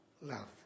love